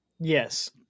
Yes